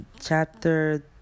chapter